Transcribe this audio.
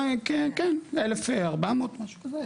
כן, כן, 1,040 משהו כזה.